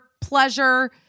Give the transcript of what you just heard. pleasure